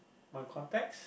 my contacts